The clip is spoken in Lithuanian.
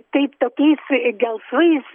tai tokiais gelsvais